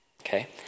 okay